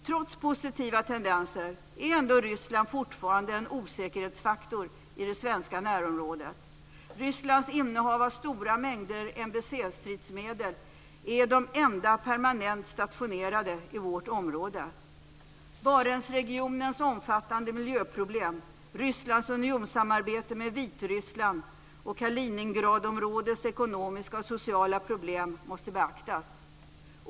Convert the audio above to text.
Trots positiva tendenser är ändå Ryssland fortfarande en osäkerhetsfaktor i det svenska närområdet. stridsmedel är det enda permanent stationerade i vårt område. Barentsregionens omfattande miljöproblem, Kaliningradområdets ekonomiska och sociala problem måste beaktas.